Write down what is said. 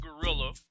gorilla